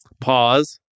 pause